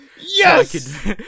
Yes